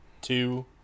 two